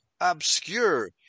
obscure